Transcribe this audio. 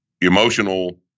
emotional